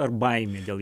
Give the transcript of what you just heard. ar baimė dėl